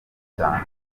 cyane